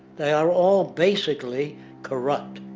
they are all basically corrupt.